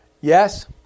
Yes